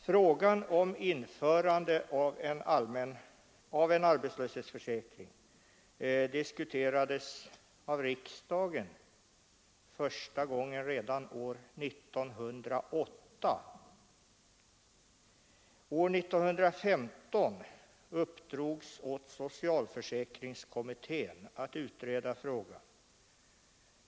Frågan om införande av en arbetslöshetsförsäkring diskuterades av riksdagen första gången redan 1908. År 1915 uppdrogs åt socialförsäkringskommittén att utreda frågan.